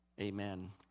Amen